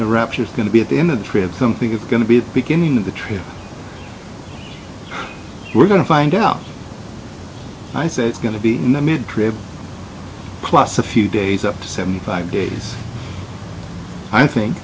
rapture it's going to be at the end of the trip something is going to be the beginning of the trip we're going to find out i said it's going to be in the mid trip plus a few days up to seventy five days i think